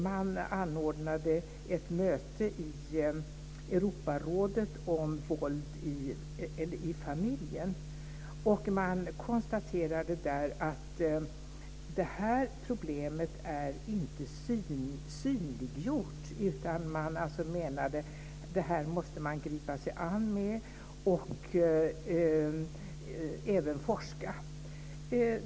Man anordnade ett möte i Europarådet om våld i familjen. Man konstaterade där att detta problem inte är synliggjort. Man menade alltså att man måste gripa sig an detta mer, och även forska.